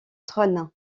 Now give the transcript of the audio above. trône